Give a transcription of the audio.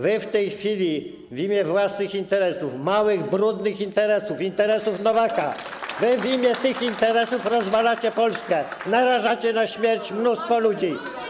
Wy w tej chwili w imię własnych interesów, małych, brudnych interesów, interesów Nowaka, wy w imię tych interesów rozwalacie Polskę, narażacie na śmierć mnóstwo ludzi.